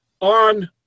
on